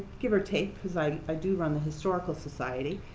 give or take, because i ah do run the historical society.